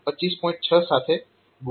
6 સાથે ગુણાકાર કરી શકો છો